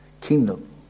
kingdom